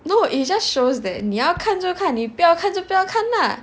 no it's just shows that 你要看就看你不要看就不要看 lah